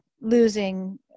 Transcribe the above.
losing